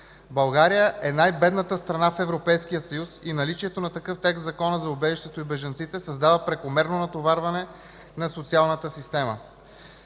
България е най-бедната страна в Европейския съюз и наличието на такъв текст в Закона за убежището и бежанците създава прекомерно натоварване на социалната система.